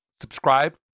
subscribe